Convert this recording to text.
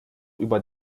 über